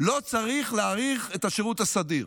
לא צריך להאריך את השירות הסדיר.